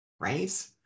right